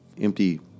empty